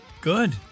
Good